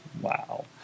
Wow